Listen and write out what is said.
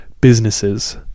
businesses